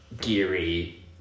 Geary